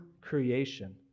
creation